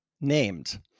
named